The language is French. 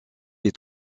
est